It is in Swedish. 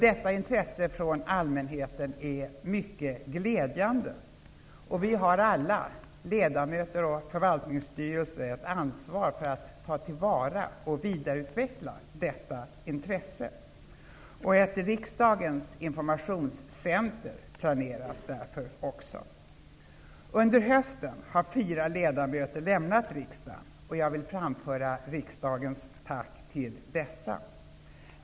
Detta intresse från allmänheten är mycket glädjande, och vi har alla, ledamöter och förvaltningsstyrelse, ett ansvar för att ta till vara och vidareutveckla detta intresse. Ett riksdagens informationscenter planeras därför också. Under hösten har fyra ledamöter lämnat riksdagen. Jag vill framföra riksdagens tack till dessa.